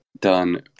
done